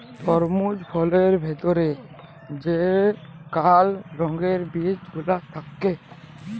তরমুজ ফলের ভেতর যে কাল রঙের বিচি গুলা থাক্যে